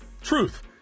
truth